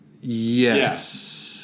yes